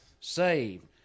Saved